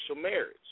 marriage